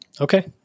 Okay